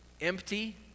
empty